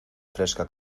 fresca